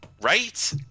right